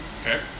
Okay